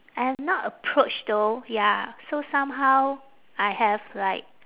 I have not approach though ya so somehow I have like